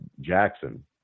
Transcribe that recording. Jackson